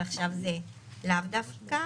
ועכשיו זה לאו דווקא,